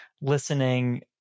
listening